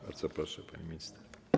Bardzo proszę, pani minister.